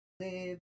Live